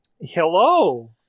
Hello